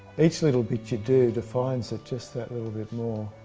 each little bit you do defines it just that little bit more,